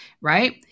Right